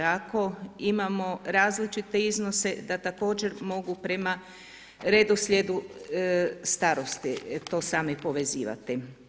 Ako imamo različite iznose da također mogu prema redoslijedu starosti to sami povezivati.